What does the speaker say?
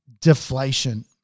deflation